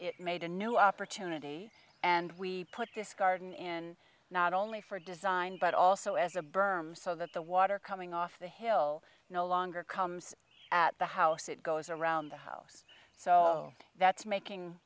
it made a new opportunity and we put this garden in not only for design but also as a berm so that the water coming off the hill no longer comes at the house it goes around the house so that's